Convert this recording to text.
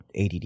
add